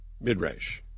midrash